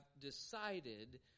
decided